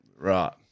right